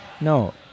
No